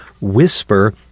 whisper